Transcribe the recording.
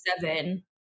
seven